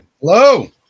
Hello